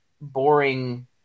boring